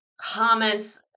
comments